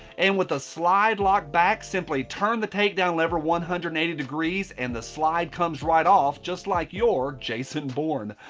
and with the slide lock back, simply turn the takedown lever one hundred and eighty degrees and the slide comes right off just like you're jason bourne.